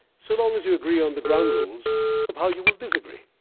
so long as you agree on the ground rules of how you will disagree.